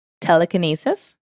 Telekinesis